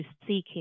seeking